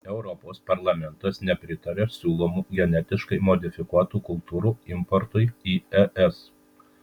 europos parlamentas nepritaria siūlomų genetiškai modifikuotų kultūrų importui į es